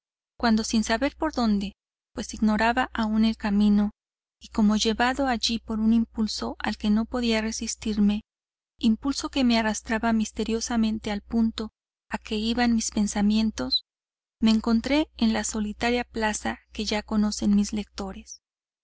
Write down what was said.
cuando sin saber por dónde pues ignoraba aún el camino y como llevado allí por un impulso al que no podía resistirme impulso que me arrastraba misteriosamente al punto a que iban mis pensamientos me encontré en la solitaria plaza que ya conocen mis lectores